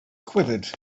quivered